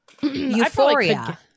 Euphoria